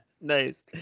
Nice